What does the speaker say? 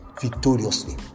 victoriously